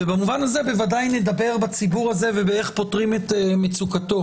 במובן הזה בוודאי נדבר בציבור הזה ואיך פותרים את מצוקתו.